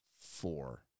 four